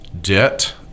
debt